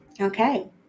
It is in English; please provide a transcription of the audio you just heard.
Okay